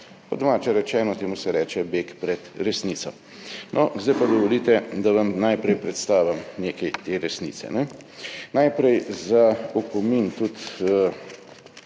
Po domače rečeno, temu se reče beg pred resnico. Zdaj pa dovolite, da vam najprej predstavim nekaj te resnice. Najprej za opomin, tudi